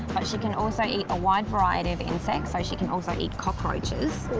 she can also eat a wide variety of insects. so she can also eat cockroaches.